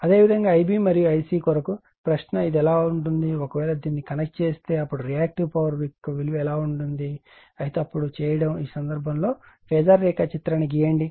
అదేవిధంగా Ib మరియు Ic కొరకు ప్రశ్న ఇది ఎలా ఉంటుంది ఒకవేళ దీన్ని కనెక్ట్ చేస్తే అప్పుడు రియాక్టివ్ పవర్ యొక్క విలువ ఎలా ఉంటుంది అయితే అప్పుడు చేయడం ఈ సందర్భంలో ఫేజార్ రేఖాచిత్రాన్ని గీయండి